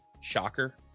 Shocker